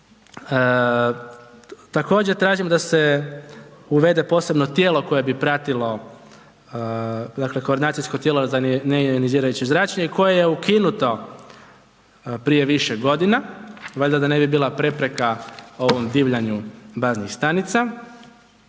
Također, tražimo da se uvede posebno tijelo koje bi pratilo dakle, koordinacijsko tijelo za neionizirajuće zračenje koje je ukinuto prije više godina, valjda da ne bi bila prepreka ovom divljanju baznih stanica